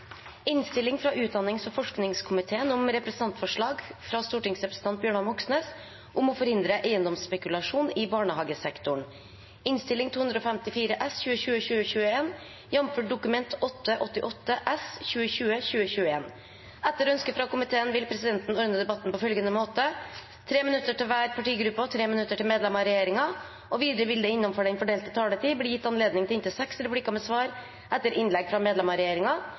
innstilling. Fleire har ikkje bedt om ordet til sak nr. 22. Etter ynske frå familie- og kulturkomiteen vil presidenten ordna debatten slik: 3 minutt til kvar partigruppe og 3 minutt til medlemer av regjeringa. Vidare vil det – innanfor den fordelte taletida – verta gjeve anledning til inntil seks replikkar med svar etter innlegg frå medlemer av regjeringa,